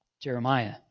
Jeremiah